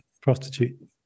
prostitute